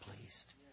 pleased